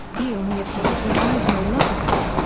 il neopositivismo logico.